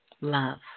love